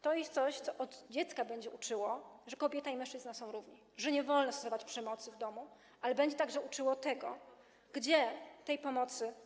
To jest coś, co od dziecka będzie uczyło, że kobieta i mężczyzna są równi, że nie wolno stosować przemocy w domu, ale będzie także uczyło tego, gdzie szukać pomocy.